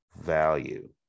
value